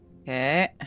Okay